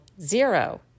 zero